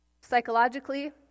Psychologically